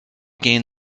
gained